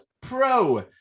pro